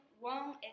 one